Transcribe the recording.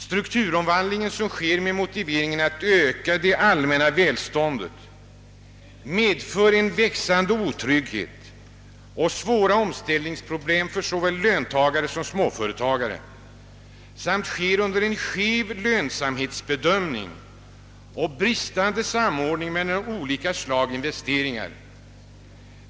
Strukturomvandlingen, som sker med motiveringen att öka det allmänna välståndet, medför en växande otrygghet och svåra omställningsproblem för såväl löntagare som småföretagare samt sker under en skev lönsamhetsbedömning och bristande samordning mellan olika slag av investeringar.